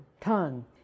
tongue